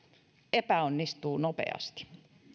epäonnistu nopeasti